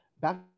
back